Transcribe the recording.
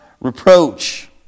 reproach